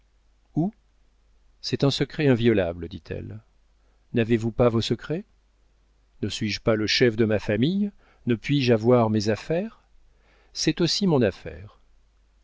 c'est un secret inviolable dit-elle n'avez-vous pas vos secrets ne suis-je pas le chef de ma famille ne puis-je avoir mes affaires c'est aussi mon affaire